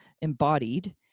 embodied